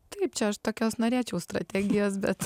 taip čia aš tokios norėčiau strategijos bet